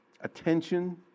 attention